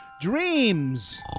dreams